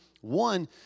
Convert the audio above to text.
one